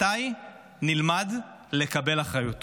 מתי נלמד לקבל אחריות?